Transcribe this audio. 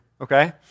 okay